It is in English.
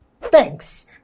thanks